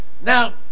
Now